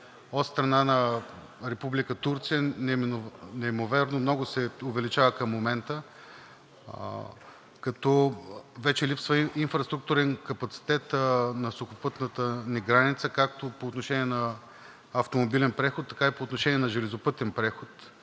от страна на Република Турция неимоверно много се увеличава към момента, като вече липсва инфраструктурен капацитет на сухопътната ни граница както по отношение на автомобилен преход, така и по отношение на железопътен преход.